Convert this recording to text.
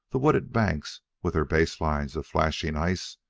the wooded banks, with their base-lines of flashing ice,